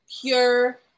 pure